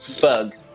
bug